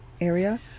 area